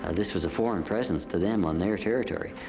and this was a foreign presence to them on their territory.